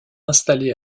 installé